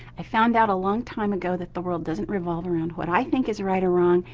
i found out a long time ago that the world doesn't revolve around what i think is right or wrong,